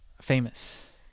famous